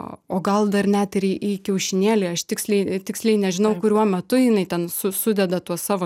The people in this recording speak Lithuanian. o gal dar net ir į į kiaušinėlį aš tiksliai tiksliai nežinau kuriuo metu jinai ten su sudeda tuos savo